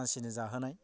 मानसिनो जाहोनाय